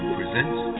presents